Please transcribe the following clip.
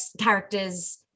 characters